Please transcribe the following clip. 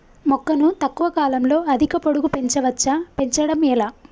మొక్కను తక్కువ కాలంలో అధిక పొడుగు పెంచవచ్చా పెంచడం ఎలా?